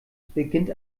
beginnt